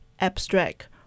abstract